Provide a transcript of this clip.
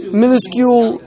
minuscule